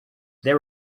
there